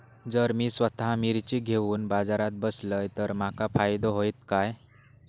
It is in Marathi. जर मी स्वतः मिर्ची घेवून बाजारात बसलय तर माका फायदो होयत काय?